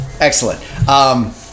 Excellent